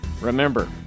remember